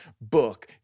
book